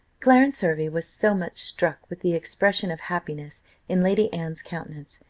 clarence hervey was so much struck with the expression of happiness in lady anne's countenance,